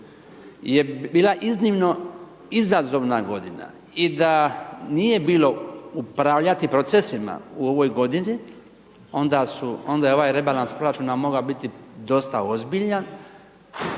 je bila iznimno izazovna godina i da nije bilo upravljati procesima u ovoj godini onda je ovaj rebalans proračuna mogao biti dosta ozbiljan,